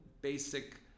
basic